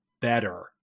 better